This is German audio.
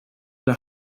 der